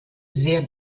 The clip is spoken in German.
sehr